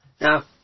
Now